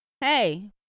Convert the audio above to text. hey